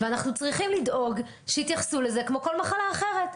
ואנחנו צריכים לדאוג שיתייחסו לזה כמו לכל מחלה אחרת.